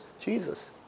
Jesus